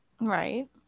Right